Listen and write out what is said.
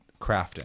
crafting